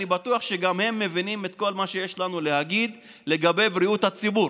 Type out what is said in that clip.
אני בטוח שגם הם מבינים את כל מה שיש לנו להגיד לגבי בריאות הציבור.